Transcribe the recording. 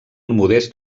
modest